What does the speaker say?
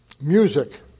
Music